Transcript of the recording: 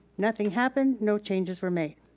nothing happened, no changes were made.